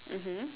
mmhmm